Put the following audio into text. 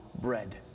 bread